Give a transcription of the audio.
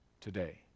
today